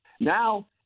Now